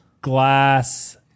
Glass